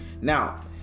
now